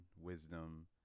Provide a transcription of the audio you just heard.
wisdom